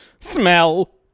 Smell